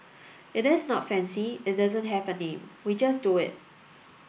it is not fancy it doesn't have a name we just do it